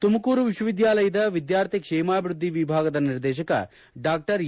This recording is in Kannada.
ತುಮಕೂರು ವಿಶ್ವವಿದ್ಯಾಲಯದ ವಿದ್ಯಾರ್ಥಿ ಕ್ಷೇಮಾಭಿವೃದ್ದಿ ವಿಭಾಗದ ನಿರ್ದೇಶಕ ಡಾ ಎ